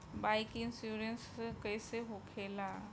Bike insurance कैसे होखे ला?